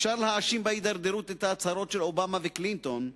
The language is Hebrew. אפשר להאשים בהידרדרות את ההצהרות של אובמה וקלינטון.